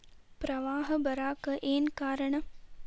ಪ್ರವಾಹ ಬರಾಕ್ ಏನ್ ಕಾರಣ?